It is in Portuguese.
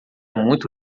muito